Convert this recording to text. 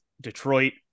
Detroit